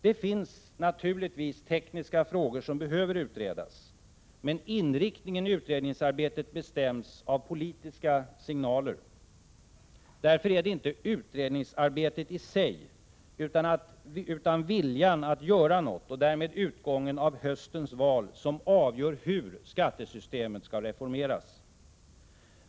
Det finns naturligtvis tekniska frågor som behöver utredas, men inriktningen i utredningsarbetet bestäms av politiska signaler. Därför är det inte utredningsarbetet i sig utan viljan att göra något och därmed utgången av höstens val som avgör hur skattesystemet skall reformeras.